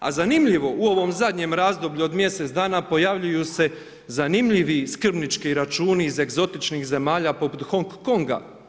A zanimljivo, u ovom zadnjem razdoblju od mjesec dana pojavljuju se zanimljivi skrbnički računi iz egzotičnih zemalja poput Hong Konga.